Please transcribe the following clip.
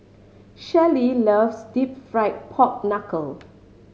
Shelly loves Deep Fried Pork Knuckle